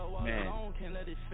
man